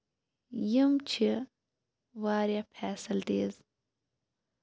یِم چھِ واریاہ فٮ۪سَلٹیٖز